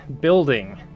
building